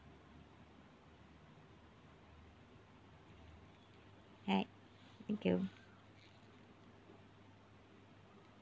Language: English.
alright thank you